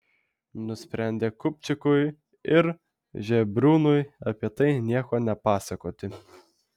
nusprendė kupčikui ir žebriūnui apie tai nieko nepasakoti